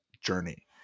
journey